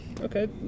okay